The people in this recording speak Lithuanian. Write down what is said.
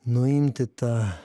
nuimti tą